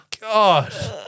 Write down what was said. God